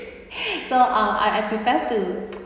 so um I I prefer to